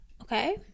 okay